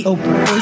Open